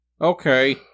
okay